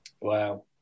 Wow